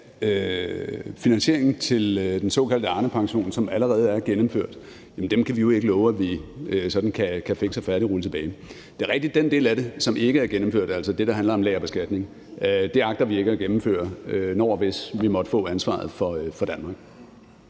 finansieringen til den såkaldte Arnepension, som allerede er gennemført, kan vi jo ikke love at vi sådan fiks og færdig kan rulle tilbage. Det er rigtigt, at den del af det, som ikke er gennemført – altså det, der handler om lagerbeskatning – er noget, vi ikke agter at gennemføre, når og hvis vi måtte få ansvaret for Danmark.